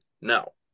No